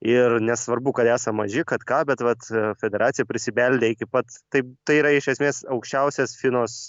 ir nesvarbu kad esam maži kad ką bet vat federacija prisibeldė iki pats taip tai yra iš esmės aukščiausias finos